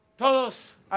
todos